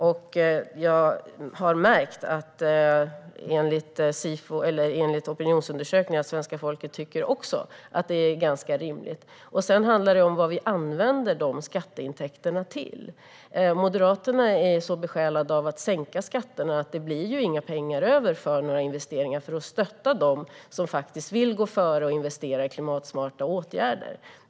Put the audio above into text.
Jag har märkt av opinionsundersökningar att också svenska folket tycker att det är ganska rimligt. Sedan handlar det om vad vi använder dessa skatteintäkter till. Moderaterna är så besjälade av att sänka skatterna att det inte blir några pengar över för att stötta dem som faktiskt vill gå före och investera i klimatsmarta åtgärder.